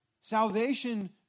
Salvation